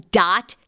dot